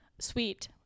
sweet